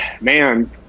man